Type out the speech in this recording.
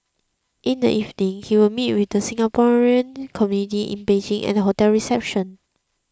in the evening he will meet with the Singaporean community in Beijing at a hotel reception